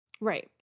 right